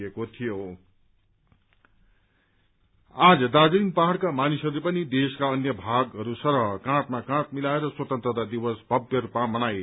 ID hills आज दार्जीलिङ पहाड़का मानिसहरूले पनि देशका अन्य भागहरू सरह काँधमा काँध मिलाएर स्वतन्त्रता दिवस भव्य रूपमा मनाए